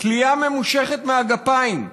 תלייה ממושכת מהגפיים,